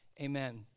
amen